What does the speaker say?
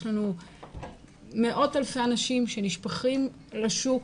יש לנו מאות אלפי אנשים שנשפכים לשוק.